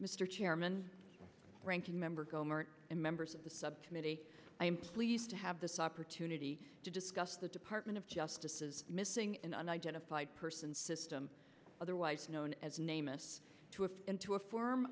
mr chairman ranking member gohmert and members of the subcommittee i'm pleased to have this opportunity to discuss the department of justice is missing in an identified person system otherwise known as name is to a into a for